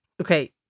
okay